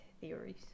theories